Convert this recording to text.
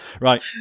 Right